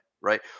right